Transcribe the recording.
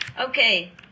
Okay